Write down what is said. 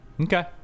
Okay